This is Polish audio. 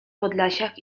podlasiak